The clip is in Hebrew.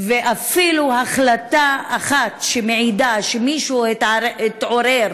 ואפילו החלטה אחת שמעידה שמישהו התעורר